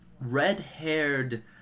red-haired